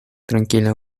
tranquila